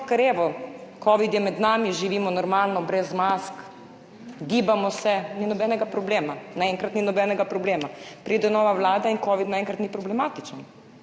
covid je med nami, živimo normalno, brez mask, gibamo se, ni nobenega problema, naenkrat ni nobenega problema, pride nova vlada in covid naenkrat ni problematičen.